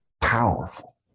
powerful